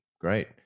Great